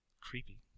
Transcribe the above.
creepy